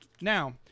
Now